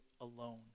alone